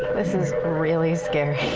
this is really scary.